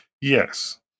yes